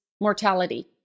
mortality